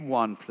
one